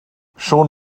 schon